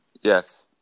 Yes